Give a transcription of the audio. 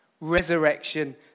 Resurrection